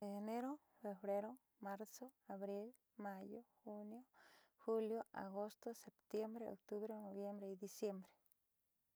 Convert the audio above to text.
Enero, febrero, marzo, abril, mayo, junio, julio, agosto, septiembre, octubre, noviembre y diciembre